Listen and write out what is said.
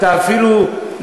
אתה אפילו,